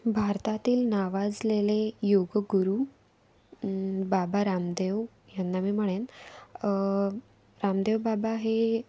भारतातील नावाजलेले योग गुरू बाबा रामदेव यांना मी म्हणेन रामदेव बाबा हे